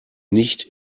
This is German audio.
nicht